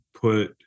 put